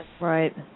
Right